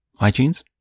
iTunes